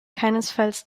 keinesfalls